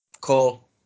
Call